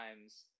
times